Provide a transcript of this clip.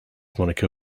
moniker